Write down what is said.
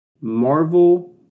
Marvel